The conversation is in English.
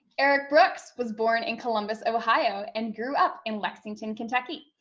eric brooks was born in columbus, ohio, and grew up in lexington, kentucky.